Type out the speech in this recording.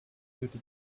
führte